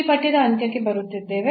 ಇಲ್ಲಿ ಪಠ್ಯದ ಅಂತ್ಯಕ್ಕೆ ಬರುತ್ತಿದ್ದೇವೆ